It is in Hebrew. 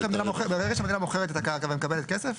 ברגע שהמדינה מוכרת את הקרקע ומקבלת כסף,